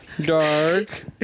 dark